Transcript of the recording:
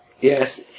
Yes